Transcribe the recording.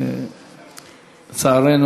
לצערנו,